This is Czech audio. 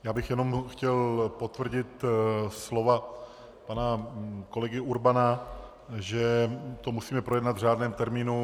Já bych jenom chtěl potvrdit slova pana kolegy Urbana, že to musíme projednat v řádném termínu.